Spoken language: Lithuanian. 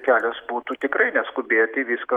kelias būtų tikrai neskubėti viską